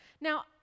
Now